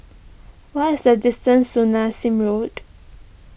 what is the distance to Nassim Road